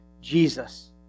Jesus